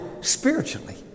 spiritually